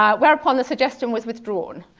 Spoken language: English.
um whereupon the suggestion was withdrawn.